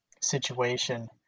situation